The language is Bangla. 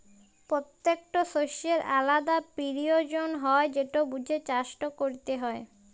পত্যেকট শস্যের আলদা পিরয়োজন হ্যয় যেট বুঝে চাষট ক্যরতে হয়